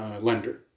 lender